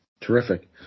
Terrific